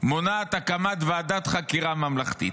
מונעת הקמת ועדת חקירה ממלכתית?